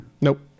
Nope